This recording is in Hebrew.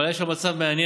אבל היה שם מצב מעניין: